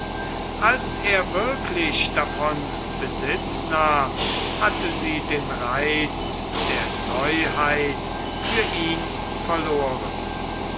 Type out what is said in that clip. als er wirklich davon besitz nahm hatte sie den reiz der neuheit für ihn verloren